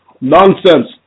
Nonsense